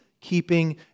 keeping